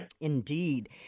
Indeed